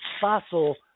fossil